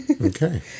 Okay